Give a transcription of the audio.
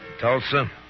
Tulsa